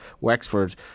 Wexford